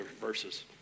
verses